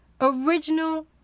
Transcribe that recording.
Original